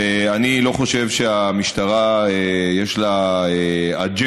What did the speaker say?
ואני לא חושב שהמשטרה, יש לה אג'נדה.